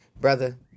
Brother